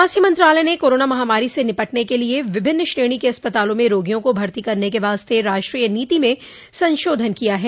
स्वास्थ्य मंत्रालय ने कोरोना महामारी से निपटने के लिए विभिन्न श्रेणी के अस्पतालों में रोगियों को भर्ती करने के वास्ते राष्ट्रीय नीति में संशोधन किया है